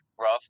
rough